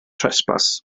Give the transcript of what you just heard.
trespass